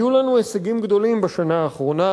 היו לנו הישגים גדולים בשנה האחרונה,